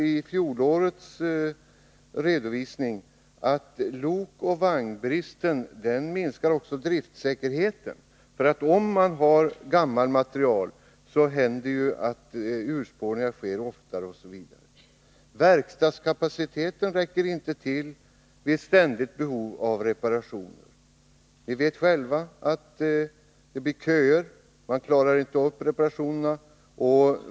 I fjolårets redovisning heter det exempelvis att lokoch vagnsbristen minskar också driftsäkerheten, för om man har gammal materiel sker ju urspåringar oftare osv. Verkstadskapaciteten räcker inte till vid ständigt behov av reparationer. Vi vet att det blir köer — man klarar inte upp reparationerna.